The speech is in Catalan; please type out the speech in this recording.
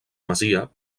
masia